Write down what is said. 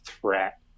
threat